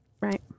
Right